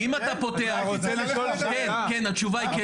התשובה היא כן.